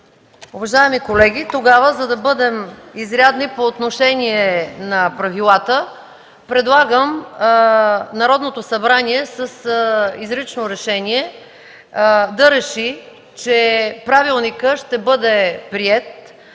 Уважаеми колеги, за да бъдем изрядни по отношение на правилата предлагам Народното събрание с изрично решение да реши, че Правилникът ще бъде приет